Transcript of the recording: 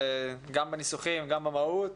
גם בניסוחים וגם במהות,